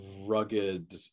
rugged